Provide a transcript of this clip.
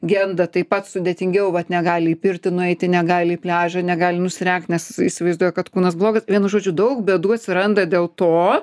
genda taip pat sudėtingiau vat negali į pirtį nueiti negali į pliažą negali nusirengt nes įsivaizduoja kad kūnas blogas vienu žodžiu daug bėdų atsiranda dėl to